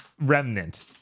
remnant